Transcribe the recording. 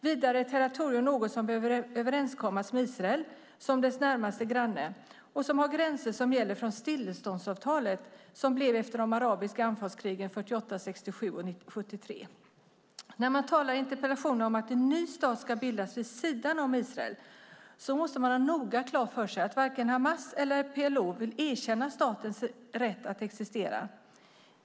Vidare är territorium något som behöver överenskommas med Israel som dess närmaste granne, som har gränser som gäller från stilleståndsavtalen som blev efter de arabiska anfallskrigen 1948, 1967 och 1973. När man talar i interpellationerna om att en ny stat ska bildas vid sidan om Israel måste man noga ha klart för sig att varken Hamas eller PLO vill erkänna staten Israels rätt att existera.